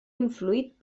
influït